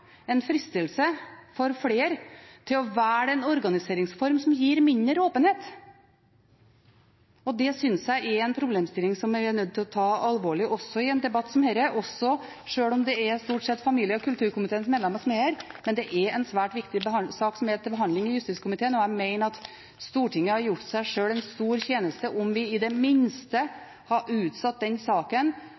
en fristelse for flere til å velge en organiseringsform som gir mindre åpenhet. Det synes jeg er en problemstilling som en er nødt til å ta alvorlig også i en debatt som denne – også sjøl om det stort sett bare er familie- og kulturkomiteens medlemmer som er her. Men det er en svært viktig sak som er til behandling i justiskomiteen, og jeg mener at Stortinget hadde gjort seg sjøl en stor tjeneste om vi i det minste hadde utsatt den saken